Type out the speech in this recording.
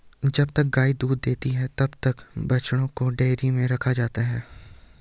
जब तक गाय दूध देती है तब तक बछड़ों को डेयरी में रखा जाता है